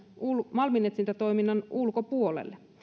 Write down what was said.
malminetsintätoiminnan ulkopuolelle